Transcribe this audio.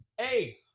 hey